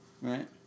Right